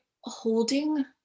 holding